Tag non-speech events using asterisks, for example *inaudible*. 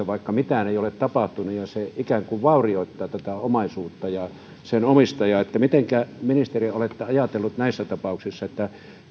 *unintelligible* vaikka mitään ei ole tapahtunut ja se ikään kuin vaurioittaa tätä omaisuutta ja sen omistajaa niin mitenkä ministeri olette ajatellut pitäisikö näissä tapauksissa